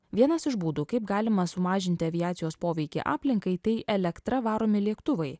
vienas iš būdų kaip galima sumažinti aviacijos poveikį aplinkai tai elektra varomi lėktuvai